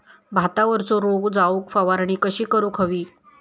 भातावरचो रोग जाऊक फवारणी कशी करूक हवी?